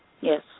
Yes